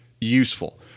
useful